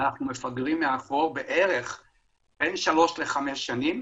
אנחנו מפגרים מאחור בין שלוש לחמש שנים,